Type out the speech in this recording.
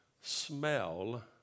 smell